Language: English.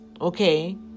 Okay